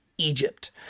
Egypt